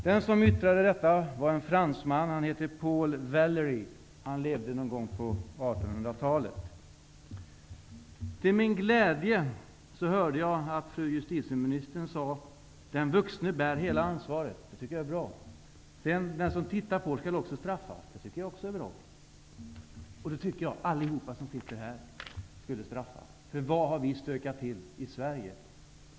Den som yttrade detta var fransmannen Paul Valéry, som levde på 1800-talet. Till min glädje hörde jag att fru justitieministern sade att den vuxne bär hela ansvaret. Det tycker jag är bra. Det sades vidare att den som tittar på också skall straffas. Det tycker jag också är bra. Jag tycker att alla som sitter här skall straffas. Vad har vi stökat till i Sverige?